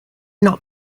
not